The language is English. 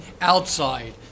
outside